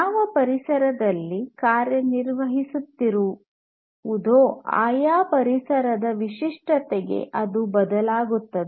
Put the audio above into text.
ಯಾವ ಪರಿಸರದಲ್ಲಿ ಕಾರ್ಯನಿರ್ವಹಿಸುತ್ತಿರುವುದೋ ಆಯಾ ಪರಿಸರ ವಿಶಿಷ್ಟತೆಗೆ ಅದು ಬದಲಾಗುತ್ತದೆ